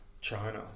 China